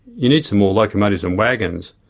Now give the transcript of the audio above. you need some more locomotives and wagons,